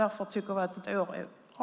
Därför tycker vi att ett år är bra.